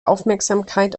aufmerksamkeit